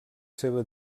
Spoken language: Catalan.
seva